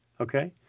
okay